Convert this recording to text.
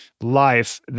life